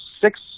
six